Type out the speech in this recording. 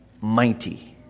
Mighty